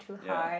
ya